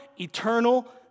eternal